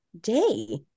day